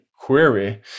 query